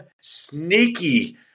sneaky